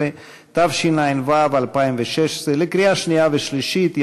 15), התשע"ו 2016, קריאה שנייה ושלישית.